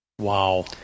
Wow